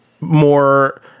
more